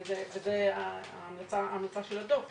וזו גם ההמלצה של הדו"ח,